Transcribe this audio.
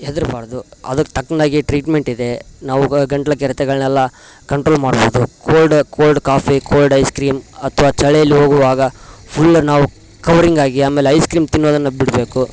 ಹೆದ್ರಬಾರ್ದು ಅದಕ್ಕೆ ತಕ್ಕನಾಗಿ ಟ್ರೀಟ್ಮೆಂಟ್ ಇದೆ ನಾವು ಗಂಟ್ಲು ಕೆರೆತಗಳನ್ನೆಲ್ಲ ಕಂಟ್ರೋಲ್ ಮಾಡ್ಬೋದು cold cold coffee cold ice cream ಅಥವಾ ಚಳಿಲಿ ಹೋಗುವಾಗ ಫುಲ್ ನಾವು ಕವರಿಂಗ್ ಆಗಿ ಆಮೇಲೆ ಐಸ್ ಕ್ರೀಮ್ ತಿನ್ನೋದನ್ನು ಬಿಡಬೇಕು